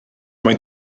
mae